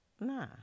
Nah